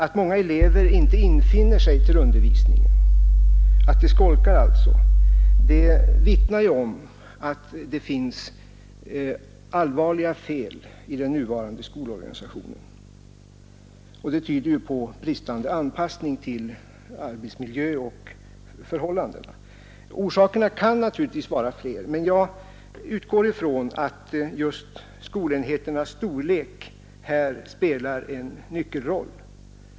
Att många elever inte infinner sig till undervisningen, alltså skolkar, vittnar om att det finns allvarliga fel i den nuvarande skolorganisationen. Det tyder på bristande anpassning till arbetsmiljö och arbetsförhållanden. Orsakerna kan naturligtvis vara fler, men jag utgår från att just skolenheternas storlek här spelar en nyckelroll.